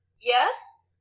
Yes